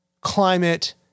climate